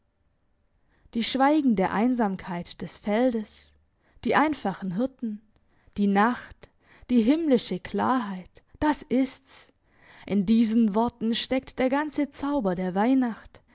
die schweigende einsamkeit des feldes die einfachen hirten die nacht die himmlische klarheit das ist's in diesen worten steckt der ganze zauber der weihnacht